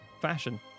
fashion